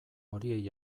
horiei